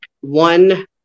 one